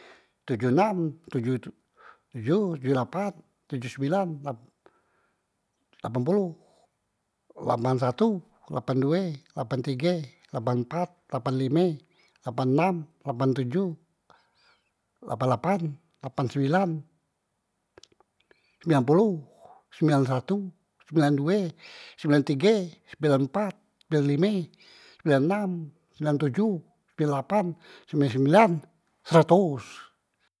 Tojoh enam, toj tojoh tojoh, tojoh lapan, tojoh sembilan, lap lapan poloh, lapan satu, lapan due, lapan tige, lapan empat, lapan lime, lapan enam, lapan tojoh, lapan lapan, lapan sembilan, sembilan poloh, sembilan satu, sembilan due, sembilan tige, sembilan empat, sembilan lime, sembilan enam, sembilan tojoh, sembilan lapan, sembilan sembilan, seratos.